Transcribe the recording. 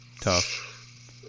tough